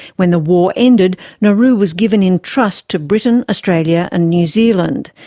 when the war ended nauru was given in trust to britain, australia and new zealand.